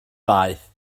ddaeth